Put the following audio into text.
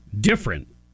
different